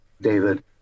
David